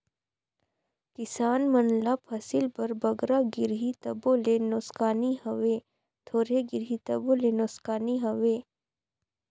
किसान मन ल फसिल बर बगरा गिरही तबो ले नोसकानी हवे, थोरहें गिरही तबो ले नोसकानी हवे